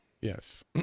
Yes